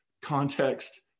context